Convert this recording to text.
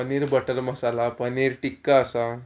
paneer butter masala paneer tikka आसा